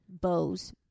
bows